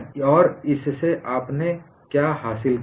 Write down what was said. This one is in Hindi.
और आपने इससे क्या हासिल किया है